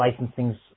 licensing